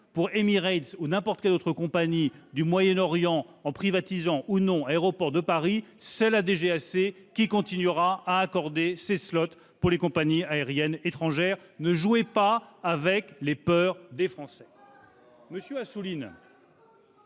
pour Emirates ou pour n'importe quelle autre compagnie du Moyen-Orient en privatisant ou pas Aéroports de Paris, la DGAC continuera à les accorder aux compagnies aériennes étrangères. Ne jouez pas avec les peurs des Français